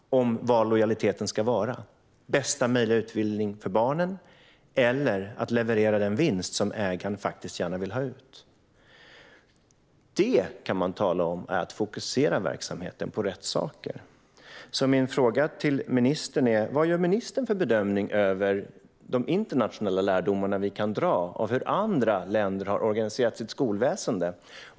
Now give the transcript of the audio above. Ska lojaliteten vara bästa möjliga utbildning för barnen eller att leverera den vinst som ägaren gärna vill ha ut? Det är att fokusera verksamheten på rätt saker. Min fråga till ministern är: Vad gör ministern för bedömning av de internationella lärdomar som vi kan dra av hur andra länder har organiserat sitt skolväsen?